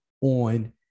on